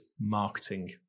marketing